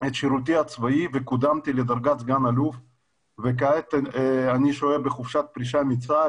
שירותי הצבאי וקודמתי לדרגת סגן אלוף וכעת אני שוהה בחופשת פרישה מצה"ל.